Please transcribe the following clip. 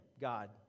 God